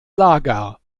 lager